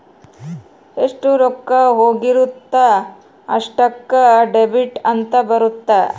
ಎಷ್ಟ ರೊಕ್ಕ ಹೋಗಿರುತ್ತ ಅಷ್ಟೂಕ ಡೆಬಿಟ್ ಅಂತ ಬರುತ್ತ